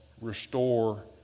restore